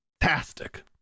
fantastic